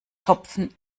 topfen